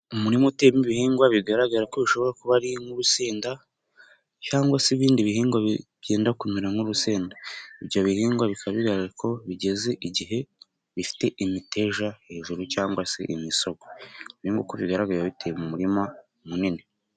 Umurima utemba ibihingwa, bigaragara ko bishobora kuba ari nk'urusinda cyangwa se ibindi bihingwa byenda kumera nk'urusenda. Ibyo birihingwa bika bigaragara ko bigeze igihe bifite imiteja hejuru cyangwa se imisogwe. Nkuko bigaragara biba biteye mu murima munini.